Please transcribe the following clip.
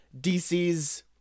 DC's